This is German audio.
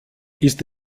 ist